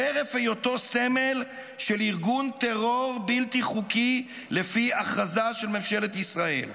חרף היותו סמל של ארגון טרור בלתי חוקי לפי הכרזה של ממשלת ישראל.